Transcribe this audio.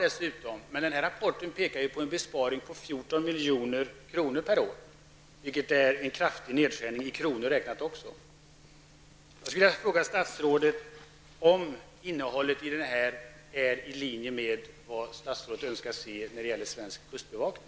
Men i denna rapport talas det om en besparing på 14 milj.kr. per år, vilket är en kraftig nedskärning även i kronor räknat. Jag skulle vilja fråga statsrådet om innehållet i denna rapport är i linje med vad statsrådet önskar sen när det gäller svensk kustbevakning.